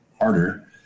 harder